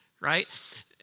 right